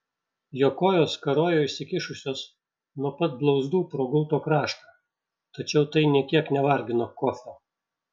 jo kojos karojo išsikišusios nuo pat blauzdų pro gulto kraštą tačiau tai nė kiek nevargino kofio